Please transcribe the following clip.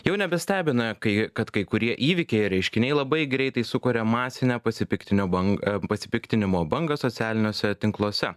jau nebestebina kai kad kai kurie įvykiai ar reiškiniai labai greitai sukuria masinę pasipiktinimo bangą pasipiktinimo bangą socialiniuose tinkluose